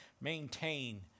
maintain